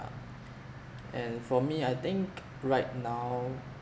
and for me I think right now